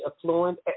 affluent